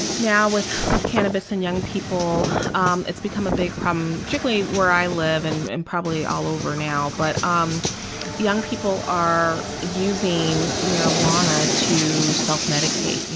now with with cannabis and young people um it's become a big problem particularly where i live and and probably all over now but um young people are using marijuana to self medicate,